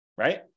right